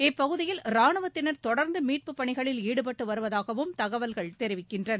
இப்பகுதியில் ரானுவத்தினர் தொடர்ந்து மீட்புப் பணிகளில் ஈடுபட்டு வருவதாகவும் தகவல்கள் தெரிவிக்கின்றன